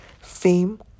fame